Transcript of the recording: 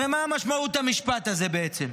הרי מה משמעות המשפט הזה, בעצם?